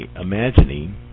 imagining